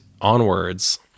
onwards